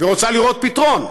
ורוצה לראות פתרון.